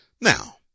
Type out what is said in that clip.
Now